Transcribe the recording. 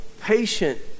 patient